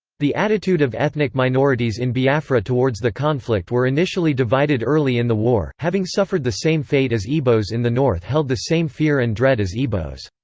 the attitude of ethnic minorities in biafra towards the conflict were initially divided early in the war, having suffered the same fate as igbos in the north held the same fear and dread as igbos.